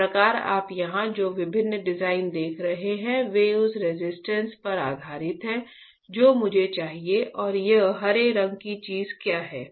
इस प्रकार आप यहां जो विभिन्न डिजाइन देख रहे हैं वे उस रेजिस्टेंस पर आधारित है जो मुझे चाहिए और यह हरे रंग की चीज़ क्या है